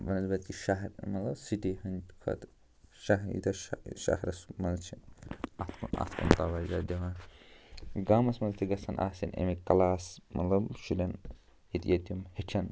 بَنسبَت کہ شہر مطلب سِٹی ہٕنٛدۍ کھۄتہٕ ییٚتٮ۪ن شہرَس منٛز چھِ اَتھ کُن توجہ دِوان گامَس منٛز تہِ گژھَن آسٕنۍ اَمِکۍ کلاس مطلب شُرٮ۪ن ییٚتہِ ییٚتہِ تِم ہیٚچھَن